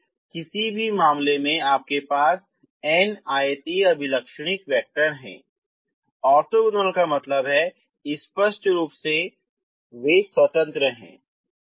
इसलिए किसी भी मामले में आपके पास n आयतीय अभिलक्षणिक वैक्टर हैं ऑर्थोगोनल का मतलब है कि स्पष्ट रूप से वे स्वतंत्र हैं